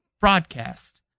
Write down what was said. broadcast